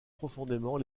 profondément